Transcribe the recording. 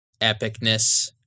epicness